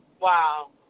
Wow